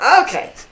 Okay